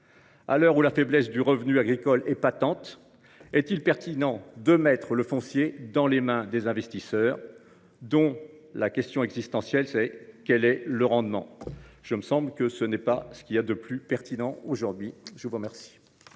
À l’heure où la faiblesse du revenu agricole est patente, est il pertinent de mettre le foncier entre les mains des investisseurs, dont la question existentielle est : quel est le rendement ? Il me semble que ce n’est pas ce qu’il y a de plus pertinent aujourd’hui… La parole